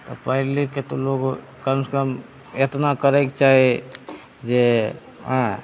तऽ पढ़ि लिखके तऽ लोग कम से कम एतना करैके चाही जे आयँ